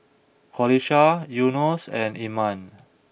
Qalisha Yunos and Iman